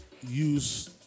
use